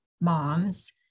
moms